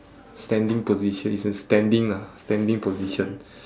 standing position it's in standing lah standing position